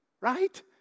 Right